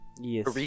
Yes